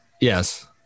Yes